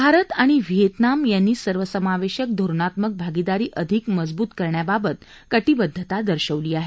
भारत आणि व्हिएतनाम यांनी सर्वसमावेशक धोरणात्मक भागीदारी अधिक मजबूत करण्याबाबत कटिबद्वता दर्शवली आहे